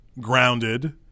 grounded